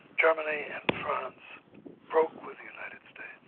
germany and france broke with the united